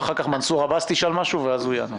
ואחר כך מנסור עבאס ישאל והוא יענה.